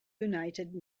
united